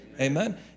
Amen